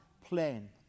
plan